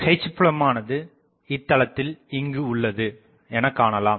H புலமானது இந்ததளத்தில் இங்கு உள்ளது எனக்காணலாம்